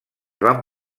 van